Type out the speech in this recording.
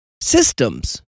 systems